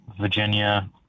virginia